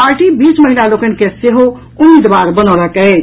party बीस महिला लोकनि के सेहो उम्मीदवार बनौलक अछि